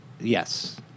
yes